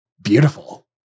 Beautiful